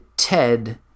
Ted